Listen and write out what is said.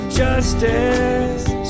justice